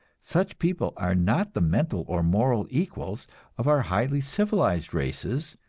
such people are not the mental or moral equals of our highly civilized races,